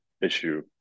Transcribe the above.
issue